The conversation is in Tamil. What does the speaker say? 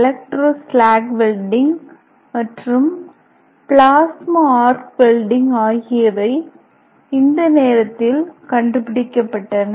எலக்ட்ரோஸ்லாக் வெல்டிங் மற்றும் பிளாஸ்மா ஆர்க் வெல்டிங் ஆகியவை இந்த நேரத்தில் கண்டுபிடிக்கப்பட்டன